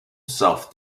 south